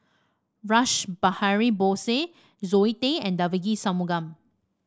Rash Behari Bose Zoe Tay and Devagi Sanmugam